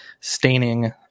staining